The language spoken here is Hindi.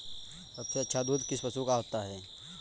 सबसे अच्छा दूध किस पशु का होता है?